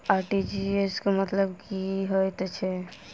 RTGS केँ मतलब की हएत छै?